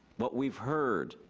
what we've heard,